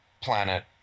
planet